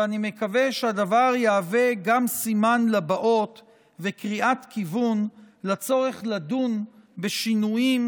ואני מקווה שהדבר יהיה גם סימן לבאות וקריאת כיוון לצורך לדון בשינויים